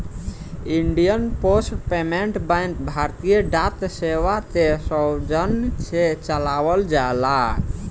Indian Post Payment Bank भारतीय डाक सेवा के सौजन्य से चलावल जाला